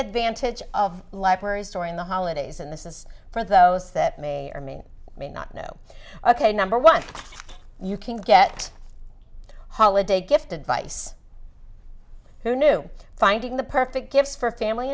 advantage of libraries storing the holidays and this is for those that may or may may not know ok number one you can get holiday gift advice who knew finding the perfect gifts for family